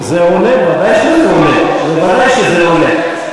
זה עולה, ודאי שזה עולה.